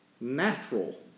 natural